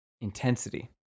intensity